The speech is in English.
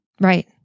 Right